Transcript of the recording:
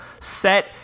set